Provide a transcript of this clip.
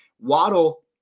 Waddle